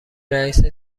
رئیست